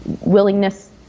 willingness